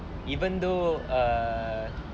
even though err